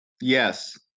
Yes